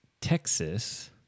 Texas